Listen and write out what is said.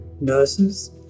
nurses